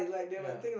ya